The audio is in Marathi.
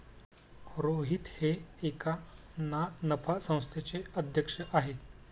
रोहित हे एका ना नफा संस्थेचे अध्यक्ष आहेत